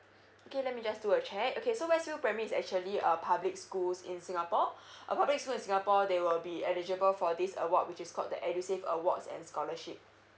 okay let me just do a check okay so west view primary is actually a public schools in singapore a public school in singapore they will be eligible for this uh what which is called the edusave awards and scholarship